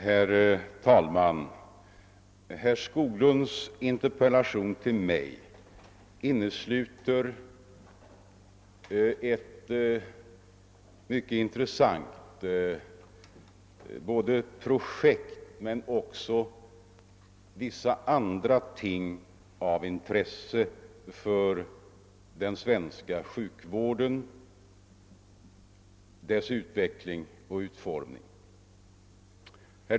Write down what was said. Herr talman! Herr Skoglunds interpellation till mig innesluter ett mycket intressant projekt men också andra ting av intresse för den svenska sjukvården, dess utveckling och utformning.